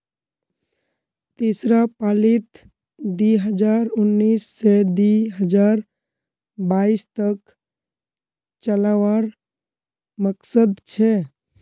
तीसरा पालीत दी हजार उन्नीस से दी हजार बाईस तक चलावार मकसद छे